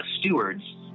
stewards